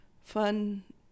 fun